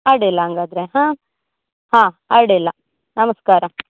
ಅಡ್ಡಿಲ್ಲ ಹಂಗಾದ್ರೆ ಹಾಂ ಹಾಂ ಅಡ್ಡಿಲ್ಲ ನಮಸ್ಕಾರ